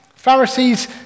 Pharisees